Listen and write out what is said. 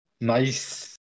Nice